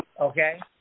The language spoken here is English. Okay